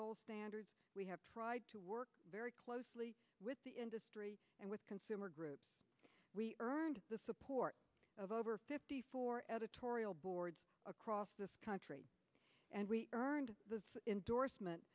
goals standards we have tried to work very closely with the industry and with consumer groups we earned the support of over fifty four editorial boards across this country and we earned the indorsement